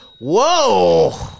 whoa